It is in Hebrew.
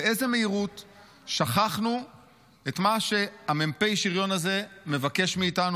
באיזו מהירות שכחנו את מה שמ"פ השריון הזה מבקש מאיתנו.